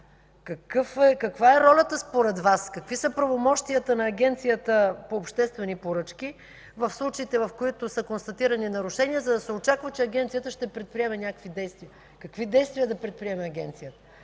Каква е ролята, според Вас, какви са правомощията на Агенцията по обществени поръчки в случаите, в които са констатирани нарушения, за да се очаква, че Агенцията ще предприеме някакви действия? Какви действия да предприеме Агенцията?